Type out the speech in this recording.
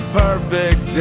perfect